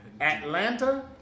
Atlanta